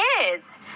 kids